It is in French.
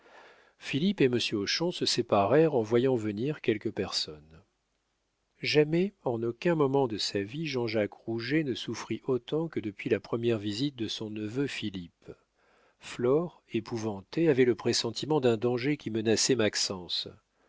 philippe et monsieur hochon se séparèrent en voyant venir quelques personnes jamais en aucun moment de sa vie jean-jacques rouget ne souffrit autant que depuis la première visite de son neveu philippe flore épouvantée avait le pressentiment d'un danger qui menaçait maxence